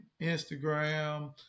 instagram